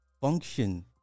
function